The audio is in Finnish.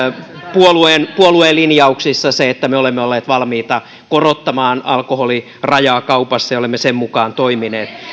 puolueen puolueen linjauksissa se että me olemme olleet valmiita korottamaan alkoholirajaa kaupassa ja olemme sen mukaan toimineet